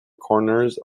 corners